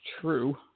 true